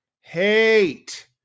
hate